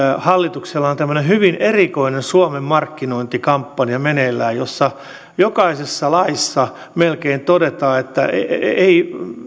hallituksella on tämmöinen hyvin erikoinen suomen markkinointikampanja meneillään jossa melkein jokaisessa laissa todetaan että ei